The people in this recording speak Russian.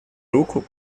руку